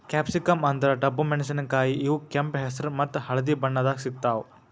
capsicum ಅಂದ್ರ ಡಬ್ಬು ಮೆಣಸಿನಕಾಯಿ ಇವ್ ಕೆಂಪ್ ಹೆಸ್ರ್ ಮತ್ತ್ ಹಳ್ದಿ ಬಣ್ಣದಾಗ್ ಸಿಗ್ತಾವ್